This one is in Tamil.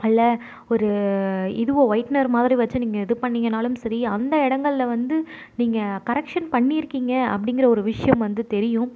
அல்ல ஒரு இதுவோ ஒயிட்னர் மாதிரி வெச்சு நீங்கள் இது பண்ணிங்கனாலும் சரி அந்த இடங்கள்ல வந்து நீங்கள் கரெக்ஷன் பண்ணியிருக்கிங்க அப்படிங்கிற ஒரு விஷயம் வந்து தெரியும்